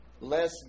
Less